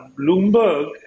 Bloomberg